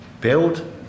build